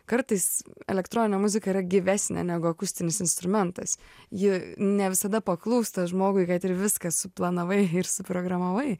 kartais elektroninė muzika yra gyvesnė negu akustinis instrumentas ji ne visada paklūsta žmogui kad ir viską suplanavai ir suprogramavai